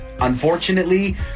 Unfortunately